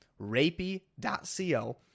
Rapey.co